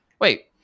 wait